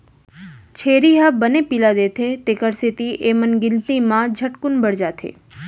छेरी ह बने पिला देथे तेकर सेती एमन गिनती म झटकुन बाढ़त जाथें